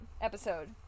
episode